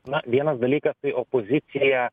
na vienas dalykas tai opozicija